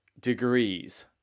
degrees